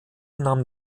nahm